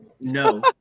no